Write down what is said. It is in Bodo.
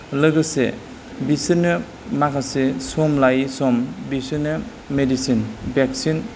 लोगोसे बिसोरनो माखासे सम लायै सम बिसोरनो मेदिसिन भेक्सिन